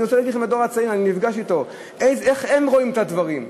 אני נפגש עם הדור הצעיר, איך הם רואים את הדברים?